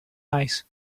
eyes